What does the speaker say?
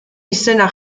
izena